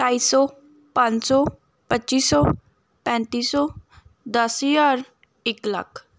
ਢਾਈ ਸੌ ਪੰਜ ਸੌ ਪੱਚੀ ਸੌ ਪੈਂਤੀ ਸੌ ਦਸ ਹਜ਼ਾਰ ਇੱਕ ਲੱਖ